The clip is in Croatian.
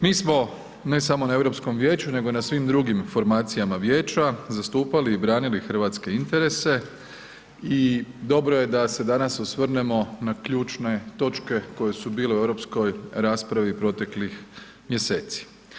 Mi smo ne samo na Europskom vijeću nego i na svim drugim formacijama vijeća zastupali i branili hrvatske interese i dobro je da se danas osvrnemo na ključne točke koje su bile o ... raspravi proteklih mjeseci.